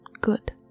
good